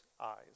eyes